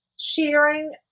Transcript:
Sharing